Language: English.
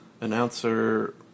Announcer